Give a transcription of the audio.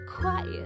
quiet